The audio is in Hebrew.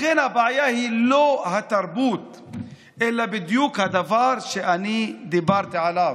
לכן הבעיה היא לא התרבות אלא בדיוק הדבר שאני דיברתי עליו,